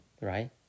Right